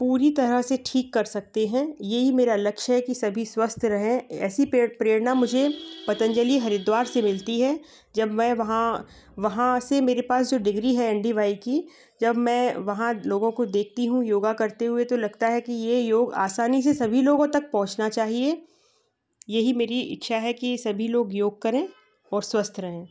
पूरी तरह से ठीक कर सकते हैं यही मेरा लक्ष्य है की सभी स्वस्थ रहें ऐसी प्रेरणा मुझे पतंजलि हरिद्वार से मिलती है जब मैं वहाँ वहाँ से मेरे पास जो डिग्री है एं डी वाय की जब मैं वहाँ लोगों को देखती हूँ योगा करते हुए तो लगता है कि ये योग आसानी से सभी लोगों तक पहुंचना चाहिए यही मेरी इच्छा है की सभी लोग योग करें और स्वस्थ रहें